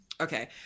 Okay